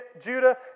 Judah